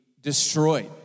destroyed